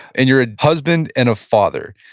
and you're a husband and a father.